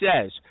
says